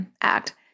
act